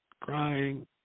crying